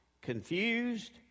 confused